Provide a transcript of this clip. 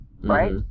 Right